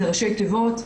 זה ראשי תיבות.